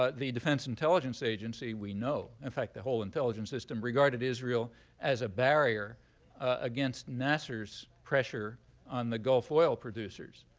ah the defense intelligence agency, we know in fact, the whole intelligence system regarded israel as a barrier against nasser's pressure on the gulf oil producers.